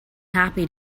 happy